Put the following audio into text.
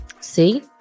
See